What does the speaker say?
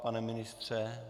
Pane ministře?